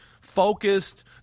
focused